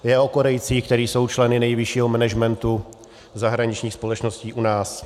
Je o Korejcích, kteří jsou členy nejvyššího managementu zahraničních společností u nás.